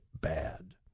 bad